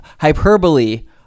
hyperbole